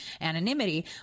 anonymity